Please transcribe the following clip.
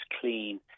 clean